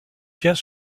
tient